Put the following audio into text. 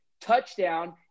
Touchdown